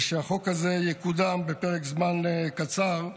ושהחוק הזה יקודם בפרק זמן קצר,